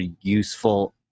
useful